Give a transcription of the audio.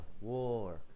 War